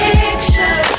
Picture